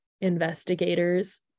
investigators